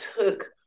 took